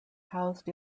housed